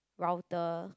router